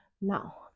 now